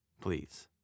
please